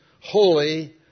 holy